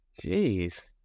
Jeez